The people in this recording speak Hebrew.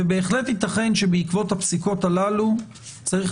ובהחלט ייתכן שבעקבות הפסיקות הללו צריך